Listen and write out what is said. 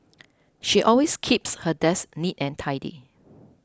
she always keeps her desk neat and tidy